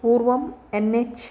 पूर्वम् N H